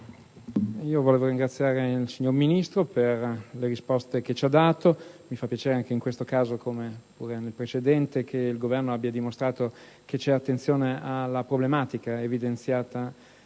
vorrei ringraziare il signor Ministro per le risposte che ci ha dato. Mi fa piacere che anche in tale caso, come nel precedente, il Governo abbia dimostrato che c'è attenzione agli aspetti oggi evidenziati